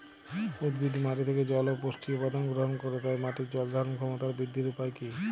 উদ্ভিদ মাটি থেকে জল ও পুষ্টি উপাদান গ্রহণ করে তাই মাটির জল ধারণ ক্ষমতার বৃদ্ধির উপায় কী?